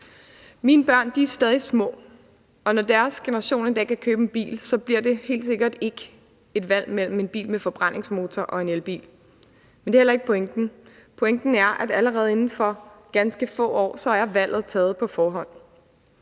Mine børn er stadig små, og når deres generation en dag kan købe en bil, bliver det helt sikkert ikke et valg mellem en bil med forbrændingsmotor og en elbil. Men det er heller ikke pointen. Pointen er, at allerede inden for ganske få år er valget taget på forhånd.